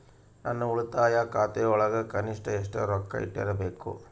ನನ್ನ ಉಳಿತಾಯ ಖಾತೆಯೊಳಗ ಕನಿಷ್ಟ ಎಷ್ಟು ರೊಕ್ಕ ಇಟ್ಟಿರಬೇಕು?